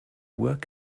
work